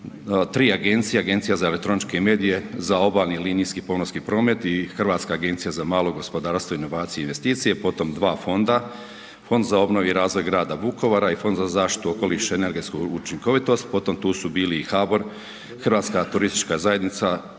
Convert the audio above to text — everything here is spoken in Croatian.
3 agencije, Agencija za elektroničke medije, za obalni linijski pomorski promet i Hrvatska agencija za malo gospodarstvo, inovacije i investicije, potom dva fonda, Fond za obnovu i razvoja Vukovara i Fond za zaštitu okoliša i energetsku učinkovitost potom tu su bili i HBOR, Hrvatska turistička zajednica,